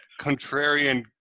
contrarian